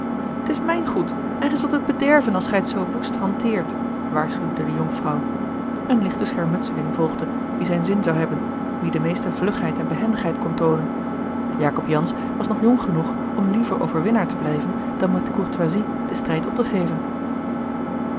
t is mijn goed en gij zult het bederven als gij het zoo woest hanteert waarschuwde de jonkvrouw eene lichte schermutseling volgde wie zijn zin zou hebben wie de meeste vlugheid en behendigheid kon toonen jacob jansz was nog jong genoeg om liever overwinnaar te blijven dan met courtoisie den strijd op te geven